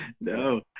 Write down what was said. No